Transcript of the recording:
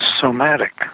somatic